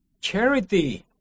charity